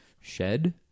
shed